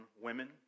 women